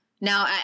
Now